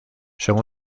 son